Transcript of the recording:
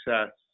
success